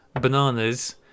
bananas